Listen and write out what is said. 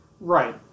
Right